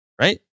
right